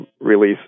release